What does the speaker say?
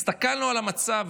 הסתכלנו על המצב,